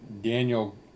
Daniel